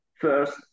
first